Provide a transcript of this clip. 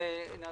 תודה רבה.